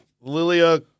Lilia